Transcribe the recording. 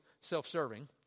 self-serving